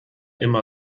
immer